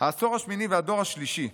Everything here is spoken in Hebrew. "העשור השמיני והדור השלישי: